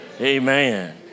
Amen